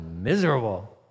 miserable